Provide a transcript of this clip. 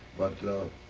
but the